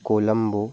Colombo